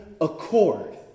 accord